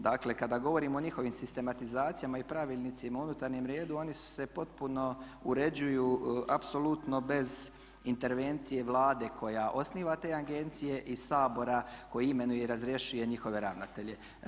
Dakle, kada govorimo o njihovim sistematizacijama i pravilnicima o unutarnjem redu oni se potpuno uređuju apsolutno bez intervencije Vlade koja osniva te agencije i Sabora koji imenuje i razrješuje njihove ravnatelje.